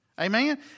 Amen